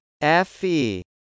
Fe